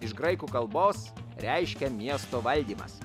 iš graikų kalbos reiškia miesto valdymas